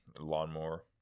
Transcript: lawnmower